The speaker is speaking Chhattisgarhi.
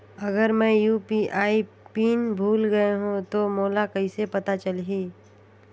अगर मैं यू.पी.आई पिन भुल गये हो तो मोला कइसे पता चलही?